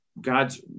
God's